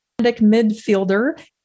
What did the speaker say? midfielder